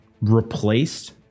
replaced